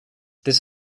this